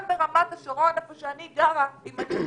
גם ברמת השרון איפה שאני גרה אם אני עכשיו